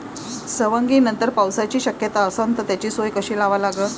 सवंगनीनंतर पावसाची शक्यता असन त त्याची सोय कशी लावा लागन?